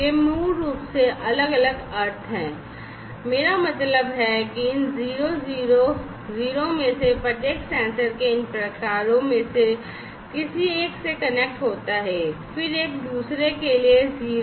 ये मूल रूप से अलग अलग अर्थ हैं मेरा मतलब है कि इन 000 में से प्रत्येक सेंसर के इन प्रकारों में से किसी एक से कनेक्ट होता है फिर एक दूसरे के लिए 011